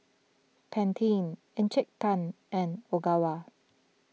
Pantene Encik Tan and Ogawa